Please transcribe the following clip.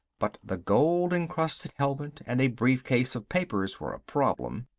but the gold-encrusted helmet and a brief case of papers were a problem.